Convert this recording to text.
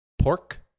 pork